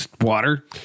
Water